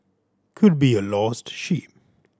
could be a lost sheep